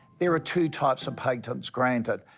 there are two types of patents granted.